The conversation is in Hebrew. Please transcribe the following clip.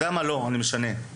נשמע את רומי.